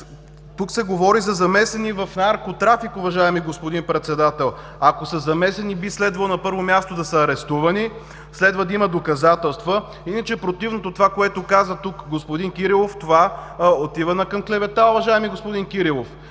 тук се говори за замесени в наркотрафик, уважаеми господин Председател! Ако са замесени, би следвало на първо място да са арестувани, следва да има доказателства. Иначе противното, това, което каза тук господин Кирилов – отива към клевета, уважаеми, господин Кирилов!